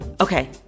Okay